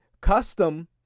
custom